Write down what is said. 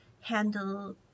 handle